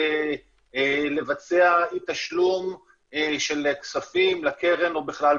לבצע אי תשלום של כספים לקרן או בכלל,